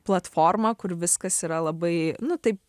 platformą kur viskas yra labai nu taip